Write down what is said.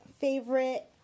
favorite